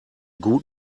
gut